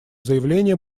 заявления